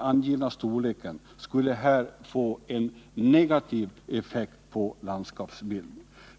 angivna storleken, skulle här få en negativ effekt på landskapsbilden”.